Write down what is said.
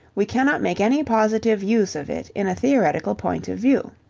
we cannot make any positive use of it in a theoretical point of view.